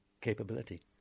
capability